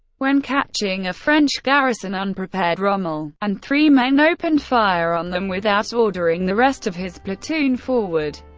when catching a french garrison unprepared rommel and three men opened fire on them without ordering the rest of his platoon forward.